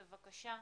בבקשה.